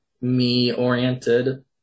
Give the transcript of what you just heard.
me-oriented